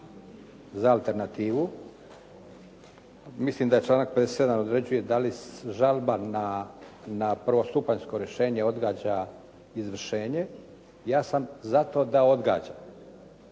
za alternativu. Mislim da članak 57. određuje da li žalba na prvostupanjsko rješenje odgađa izvršenje. Ja sam za to da odgađa.